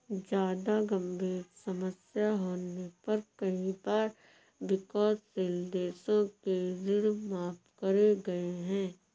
जादा गंभीर समस्या होने पर कई बार विकासशील देशों के ऋण माफ करे गए हैं